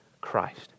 Christ